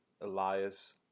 Elias